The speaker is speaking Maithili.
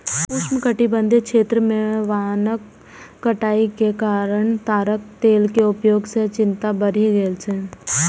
उष्णकटिबंधीय क्षेत्र मे वनक कटाइ के कारण ताड़क तेल के उपयोग सं चिंता बढ़ि गेल छै